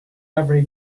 every